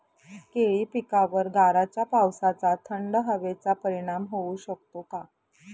केळी पिकावर गाराच्या पावसाचा, थंड हवेचा परिणाम होऊ शकतो का?